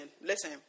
listen